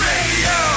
Radio